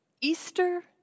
Easter